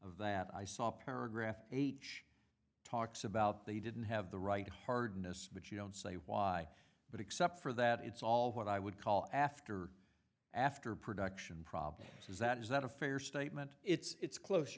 of that i saw paragraph h talks about they didn't have the right hardness but you don't say why but except for that it's all what i would call after after production problems is that is that a fair statement it's